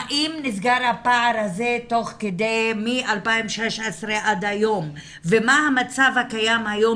האם נסגר הפער הזה מ-2016 עד היום ומה המצב הקיים היום?